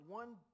one